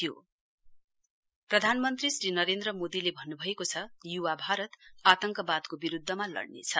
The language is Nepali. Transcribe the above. पीएम एनसीसी प्रधानमन्त्री श्री नरेन्द्र मोदीले भन्नुभएको छ युवार भारत आतंकवादको विरुध्दमा लड़नेछ